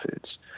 foods